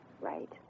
right